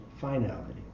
finality